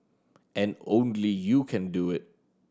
and only you can do it